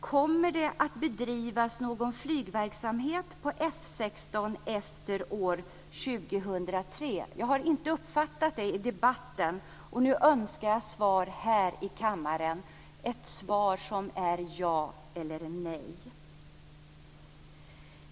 Kommer det att bedrivas någon flygverksamhet på F 16 efter år 2003? Jag har inte uppfattat det i debatten, och nu önskar jag ett svar här i kammaren, ett svar som är ja eller nej.